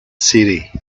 city